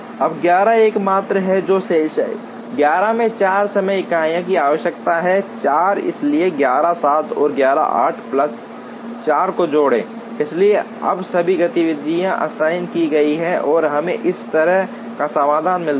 अब 11 एकमात्र है जो शेष है 11 में 4 समय इकाइयों की आवश्यकता है 4 इसलिए 11 7 और 11 8 प्लस 4 को जोड़ें इसलिए अब सभी गतिविधियां असाइन की गई हैं और हमें इस तरह का समाधान मिलता है